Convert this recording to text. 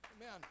Amen